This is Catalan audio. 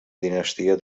dinastia